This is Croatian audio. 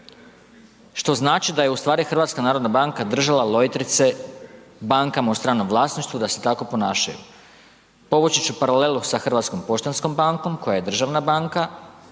Što znači da je u stvari HNB držala lojtrice bankama u stranom vlasništvu da se tako ponašaju. Povući ću paralelu sa Hrvatskom poštanskom bankom koja je državna banka